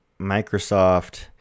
Microsoft